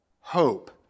hope